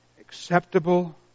acceptable